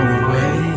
away